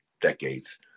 decades